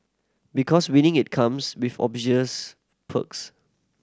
because winning it comes with obvious perks